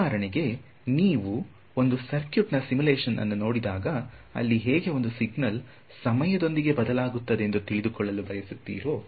ಉದಾಹರಣೆಗೆ ನೀವು ಒಂದು ಸರ್ಕ್ಯೂಟ್ ನಾ ಸಿಮುಲೇಶನ್ ಅನ್ನು ನೋಡಿದಾಗ ಅಲ್ಲಿ ಹೇಗೆ ಒಂದು ಸಿಗ್ನಲ್ ಸಮಯ ದೊಂದಿಗೆ ಬದಲಾಗುತ್ತದೆಂದು ತಿಳಿದುಕೊಳ್ಳಲು ಬಯಸುತ್ತೀರೋ ಹಾಗೆ